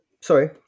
sorry